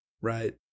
right